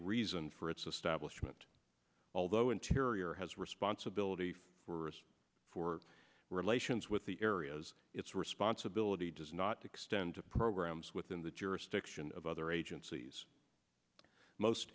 reason for its establishment although interior has responsibility for relations with the areas its responsibility does not extend to programs within the jurisdiction of other agencies most